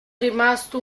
rimasto